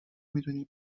میدونی